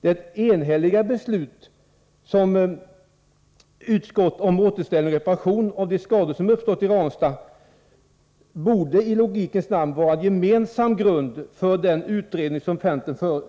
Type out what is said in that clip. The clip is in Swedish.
Det enhälliga beslutet om återställning och reparation av de skador som uppstått i Ranstad borde i logikens namn utgöra en gemensam grund för den utredning som